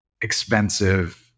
expensive